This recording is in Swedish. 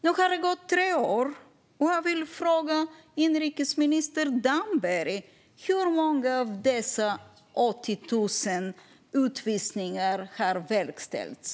Nu har det gått tre år, och jag vill fråga inrikesminister Damberg hur många av dessa 80 000 utvisningar som har verkställts.